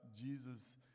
Jesus